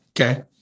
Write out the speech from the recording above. Okay